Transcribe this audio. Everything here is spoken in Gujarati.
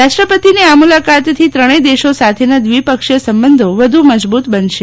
રાષ્ટ્રપતિની આ મુલાકાતથી ત્રણેય દેશો સાથેના દ્વિ પક્ષીય સંબંધો વધ્ધ મજબૂત બનશે